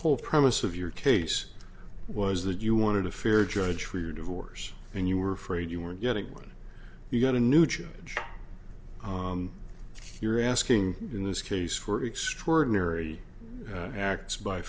whole premise of your case was that you wanted a fair judge for your divorce and you were afraid you were getting one you got a new judge you're asking in this case for extraordinary acts by